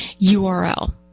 url